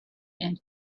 and